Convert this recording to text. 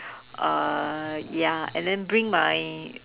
uh ya and then bring my